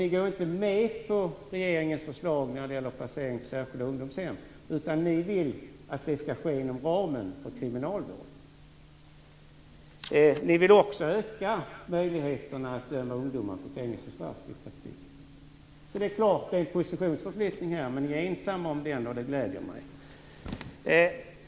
Ni går inte med på regeringens förslag när det gäller placering på särskilda ungdomshem, utan ni vill att det skall ske inom ramen för kriminalvården. Ni vill också öka möjligheterna att i praktiken döma ungdomar till fängelsestraff. Det är en klar positionsförflyttning. Men ni är ensamma om den, och det gläder mig.